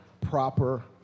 proper